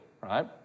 right